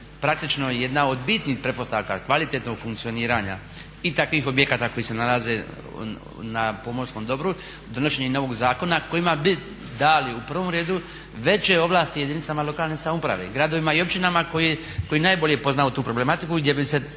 praktično i jedna od bitnih pretpostavka kvalitetnog funkcioniranja i takvih objekata koji se nalaze na pomorskom dobru, donošenje i novog zakona kojima bi dali u prvom redu veće ovlasti jedinicama lokalne samouprave, gradovima i općinama koji najbolje poznaju tu problematiku gdje bi se